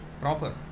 proper